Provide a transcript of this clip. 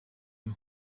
y’u